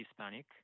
Hispanic